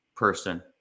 person